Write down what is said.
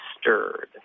stirred